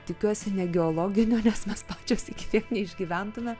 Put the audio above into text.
tikiuosi ne geologinio nes mes čia tiek neišgyventume